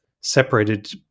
separated